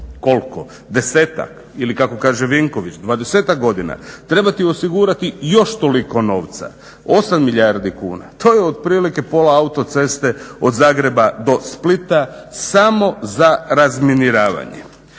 koliko, desetak ili kako kaže Vinković dvadesetak godina trebati osigurati još toliko novca. 8 milijardi kuna, to je otprilike pola autoceste od Zagreba do Splita samo za razminiravanje.